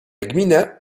gmina